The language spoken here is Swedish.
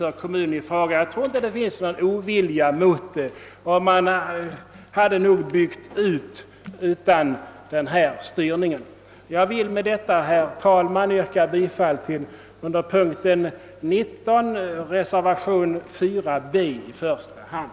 Jag anser inte att det finns någon ovilja mot barnstugorna, och man hade nog byggt ut dem utan styrning. Herr talman! Med detta vill jag yrka bifall till reservationen 4 b vid punkten 12.